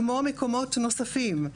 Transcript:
כמו מקומות נוספים,